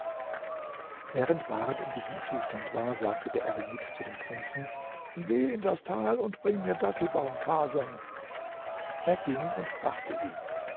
während ward in diesem zustand war sagte der eremit zu dem prinzen geh in das tal und bring mir dattelbaumfasern er ging und brachte ihm